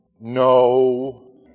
no